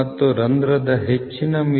ರಂಧ್ರದ ಸಹಿಷ್ಣುತೆ 0